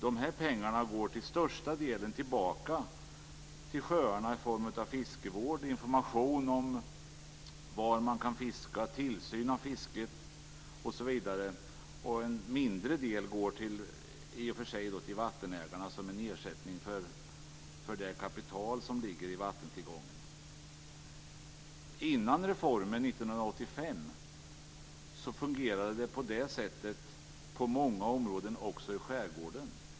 Dessa pengar går till största delen tillbaka till sjöarna i form av fiskevård, information om var man kan fiska, tillsyn av fisket osv. en mindre del går i och för sig till vattenägarna som ersättning för det kapital som ligger i vattentillgången. Innan reformen 1985 fungerade det på det sättet också i många områden i skärgården.